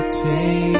take